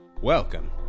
welcome